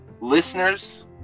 listeners